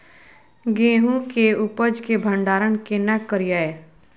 गेहूं के उपज के भंडारन केना करियै?